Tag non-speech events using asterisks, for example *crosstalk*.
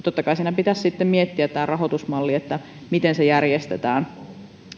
*unintelligible* totta kai siinä pitäisi sitten miettiä se rahoitusmalli miten se järjestetään